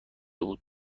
بود